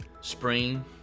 spring